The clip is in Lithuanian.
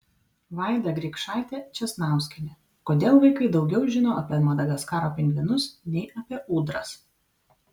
vaida grikšaitė česnauskienė kodėl vaikai daugiau žino apie madagaskaro pingvinus nei apie ūdras